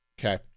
okay